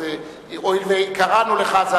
אז הואיל וקראנו לך,